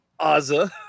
AZA